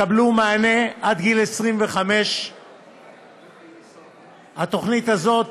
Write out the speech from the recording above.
יקבלו מענה עד גיל 25. התוכנית הזאת,